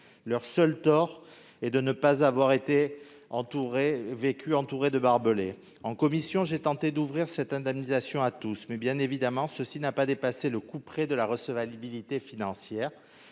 Leur seul tort est de ne pas avoir vécu entourés de barbelés ... En commission, j'ai tenté d'ouvrir cette indemnisation à tous, mais, bien évidemment, le couperet de la recevabilité financière